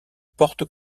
portes